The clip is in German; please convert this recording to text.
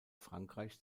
frankreich